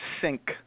sink